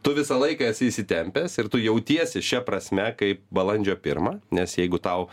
tu visą laiką esi įsitempęs ir tu jautiesi šia prasme kaip balandžio pirmą nes jeigu tau